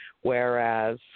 whereas